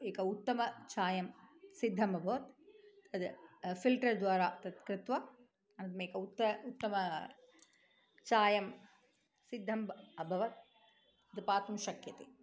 एकम् उत्तमचायं सिद्धम् अभवत् तद् फ़िल्टर्द्वारा तत् कृत्वा अन्यद् एकम् उत्तमम् उत्तमं चायं सिद्धं ब् अभवत् तद् पातुं शक्यते